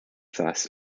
thus